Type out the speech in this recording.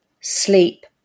sleep